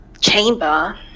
chamber